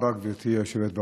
רבה, גברתי היושבת-ראש.